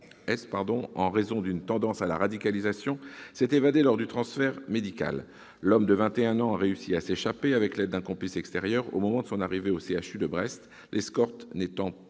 S » en raison d'une « tendance à la radicalisation », s'est évadé lors d'un transfert médical. L'homme de 21 ans a réussi à s'échapper, avec l'aide d'un complice extérieur, au moment de son arrivée au CHU de Brest, l'escorte n'étant pas-